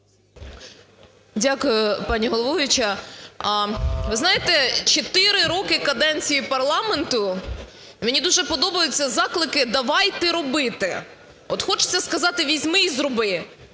Дякую, пані головуюча. Ви знаєте, 4 роки каденції парламенту мені дуже подобаються заклики: "Давайте робити". От хочеться сказати: "Візьми і зроби".